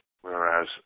Whereas